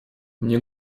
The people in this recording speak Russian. мне